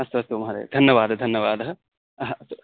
अस्तु अस्तु महोदय धन्यवाद धन्यवादः अस्तु